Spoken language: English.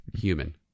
human